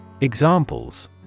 Examples